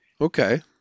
Okay